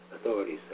authorities